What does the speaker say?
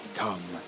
come